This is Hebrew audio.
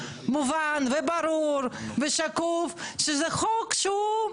מובן וברור ושקוף שזה חוק שהוא,